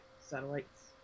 satellites